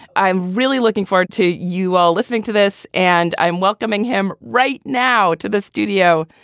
i'm really looking forward to you all listening to this and i'm welcoming him right now to the studio.